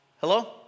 Hello